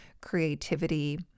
creativity